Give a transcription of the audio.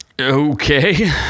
Okay